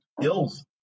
ills